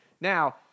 Now